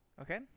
Okay